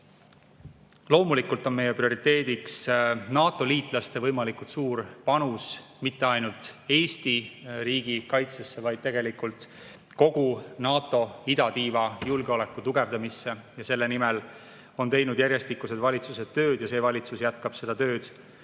tasandamine. Loomulikult on meie prioriteediks NATO-liitlaste võimalikult suur panus mitte ainult Eesti riigikaitsesse, vaid tegelikult kogu NATO idatiiva julgeoleku tugevdamisse. Selle nimel on teinud järjestikused valitsused tööd ja see valitsus jätkab seda tööd